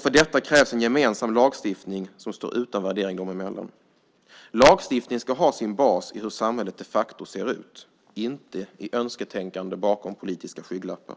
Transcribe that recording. För detta krävs en gemensam lagstiftning som står utan värdering dem emellan. Lagstiftningen ska ha sin bas i hur samhället de facto ser ut, inte i önsketänkande bakom politiska skygglappar.